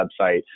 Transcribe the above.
website